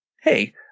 Hey